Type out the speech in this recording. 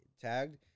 tagged